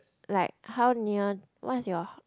like how near what is your